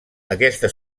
aquesta